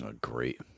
Great